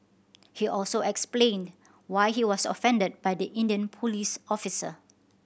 he also explained why he was offended by the Indian police officer